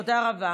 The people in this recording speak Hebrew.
תודה רבה.